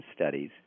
studies